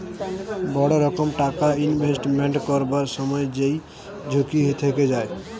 বড় রকম টাকা ইনভেস্টমেন্ট করবার সময় যেই ঝুঁকি থেকে যায়